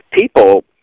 people